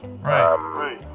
Right